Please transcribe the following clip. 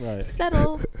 Settle